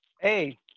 Hey